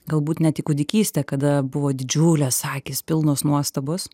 galbūt net į kūdikystę kada buvo didžiulės akys pilnos nuostabos